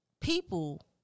people